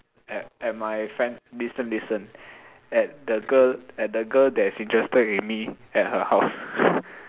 at at my friend listen listen at the girl at the girl that's interested in me at her house